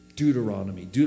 Deuteronomy